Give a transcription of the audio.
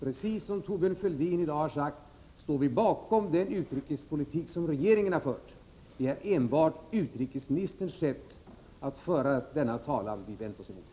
Precis som Thorbjörn Fälldin i dag har sagt, står vi bakom den utrikespolitik som regeringen har fört. Det är enbart utrikesministerns sätt att föra denna talan vi vänt oss emot.